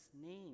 name